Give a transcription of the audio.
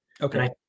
Okay